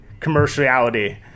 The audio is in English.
commerciality